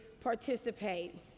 participate